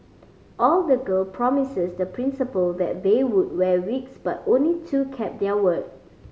all the girl promised the Principal that they would wear wigs but only two kept their word